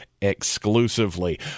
exclusively